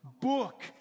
book